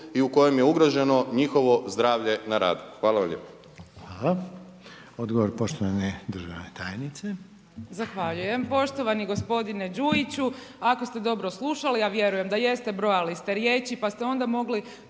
i u kojem je ugroženo njihovo zdravlje na radu. Hvala